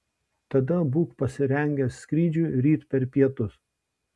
tada būk pasirengęs skrydžiui ryt per pietus